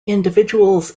individuals